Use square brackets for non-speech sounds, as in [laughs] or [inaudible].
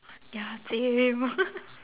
ya same [laughs]